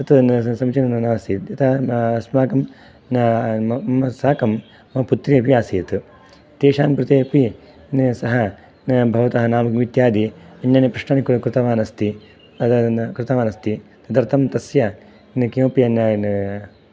तत् समीचीनं न नासीत् यतः न अस्माकं न मम साकं मम पुत्री अपि आसीत् तेषाङ्कृते अपि न सः न भवतः नामं इत्यादि अन्यानि पृष्टानि कृतवान् अस्ति कृतवान् अस्ति तदर्थं तस्य न किमपि